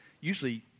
usually